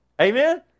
Amen